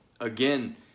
again